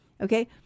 Okay